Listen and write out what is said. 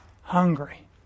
hungry